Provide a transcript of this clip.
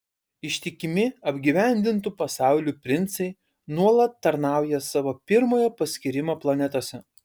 ištikimi apgyvendintų pasaulių princai nuolat tarnauja savo pirmojo paskyrimo planetose